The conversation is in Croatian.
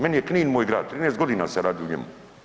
Meni je Knin moj grad, 13 godina sam radio u njemu.